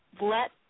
Let